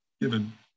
given